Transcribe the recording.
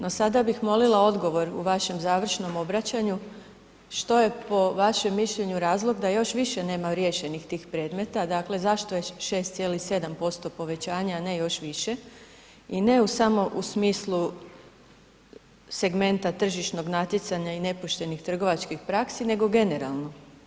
No, sada bih molila odgovor u vašem završnom obraćanju, što je po vašem mišljenju razlog da još više nema riješenih tih predmeta, dakle zašto je 6,7% povećanje, a ne još više i ne u samo, u smislu segmenta tržišnog natjecanja i nepoštenih trgovačkih praksi nego generalno.